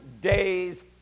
day's